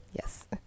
Yes